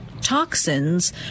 toxins